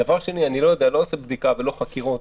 הדבר השלישי זו ההכרזה על אזורים מוגבלים,